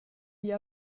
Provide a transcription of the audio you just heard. igl